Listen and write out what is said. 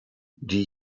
die